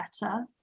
better